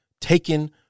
taken